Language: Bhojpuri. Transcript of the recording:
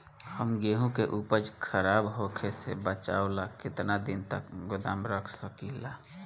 हम गेहूं के उपज खराब होखे से बचाव ला केतना दिन तक गोदाम रख सकी ला?